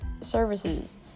services